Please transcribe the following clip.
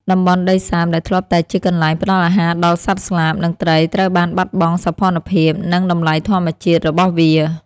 តំបន់ដីសើមដែលធ្លាប់តែជាកន្លែងផ្តល់អាហារដល់សត្វស្លាប និងត្រីត្រូវបានបាត់បង់សោភ័ណភាព និង តម្លៃធម្មជាតិរបស់វា។